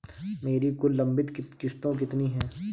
मेरी कुल लंबित किश्तों कितनी हैं?